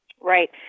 Right